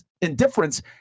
indifference